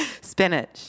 Spinach